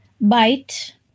bite